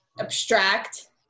abstract